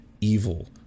evil